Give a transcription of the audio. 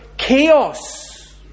chaos